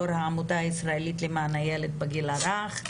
יו"ר העמותה הישראלית למען הילד בגיל הרך.